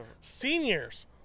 seniors